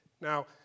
Now